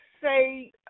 say